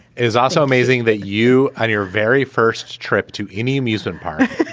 is also amazing that you and your very first trip to any amusement park,